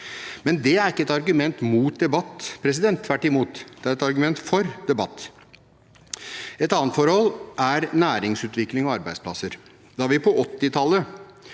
Men det er ikke et argument mot debatt, tvert imot, det er et argument for debatt. Et annet forhold er næringsutvikling og arbeidsplasser. Da vi på 1980-tallet